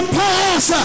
pass